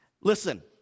Listen